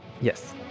Yes